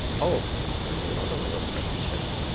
oh, there's another little question.